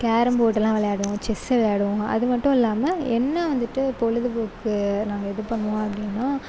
carrom போர்டுலாம் விளையாடுவோம் chess விளையாடுவோம் அது மட்டும் இல்லாமல் என்ன வந்துவிட்டு பொழுதுபோக்கு நாங்கள் இது பண்ணுவோம் அப்படின்னா